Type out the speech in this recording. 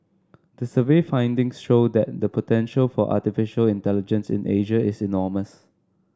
the survey findings show that the potential for artificial intelligence in Asia is enormous